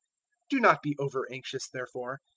do not be over-anxious, therefore,